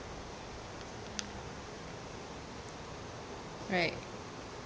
right